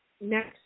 next